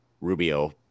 rubio